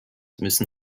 müssen